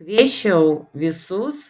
kviesčiau visus